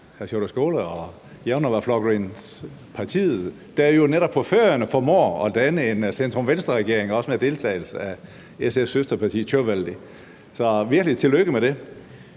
hr. Sjúrður Skaale og Javnaðarflokkurin, der jo netop på Færøerne formår at danne en centrum-venstre-regering, også med SF's søsterparti Tjóðveldi. Så virkelig tillykke med det.